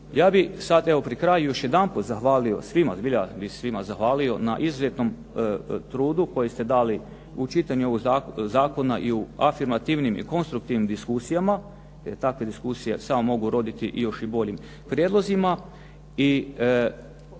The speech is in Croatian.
Ja bih sada evo pri kraju još jedanput zahvalio svima, zbilja bih svima zahvalio na izuzetnom trudu koji ste dali u čitanju ovog zakona i u afirmativnim i konstruktivnim diskusijama, jer takve diskusije samo mogu roditi još i boljim prijedlozima.